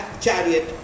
chariot